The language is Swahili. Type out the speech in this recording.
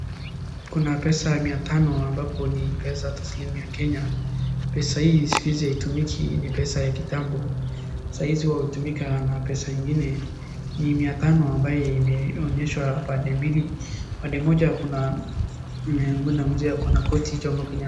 Kuna pesa mia tano ambapo ni pesa taslimu ya kenya. Pesa hii siku hizi haitumiki ni pesa ya kitambo saa hizi hutumika na pesa ingine ni mia tano ambaye imeonyeshwa pande mbili, pande moja kuna mzee ako na koti Jomo Kenyatta.